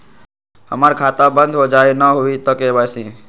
हमर खाता बंद होजाई न हुई त के.वाई.सी?